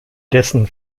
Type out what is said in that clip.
dessen